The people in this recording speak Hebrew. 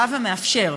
בא ומאפשר,